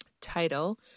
title